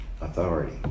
authority